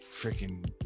freaking